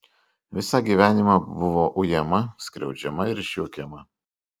visą gyvenimą buvo ujama skriaudžiama ir išjuokiama